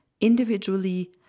individually